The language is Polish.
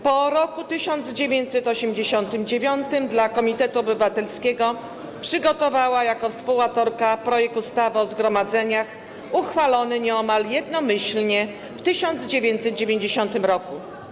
Po roku 1989 dla Komitetu Obywatelskiego przygotowała jako współautorka projekt ustawy o zgromadzeniach, uchwalony nieomal jednomyślnie w 1990 r.